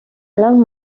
الان